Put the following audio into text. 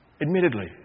Admittedly